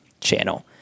channel